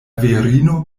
virino